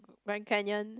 Grand Canyon